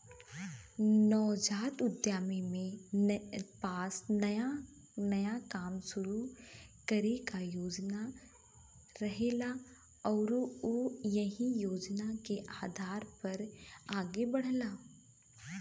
नवजात उद्यमी के पास नया काम शुरू करे क योजना रहेला आउर उ एहि योजना के आधार पर आगे बढ़ल जाला